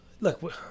Look